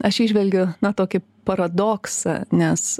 aš įžvelgiu na tokį paradoksą nes